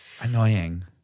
annoying